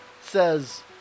says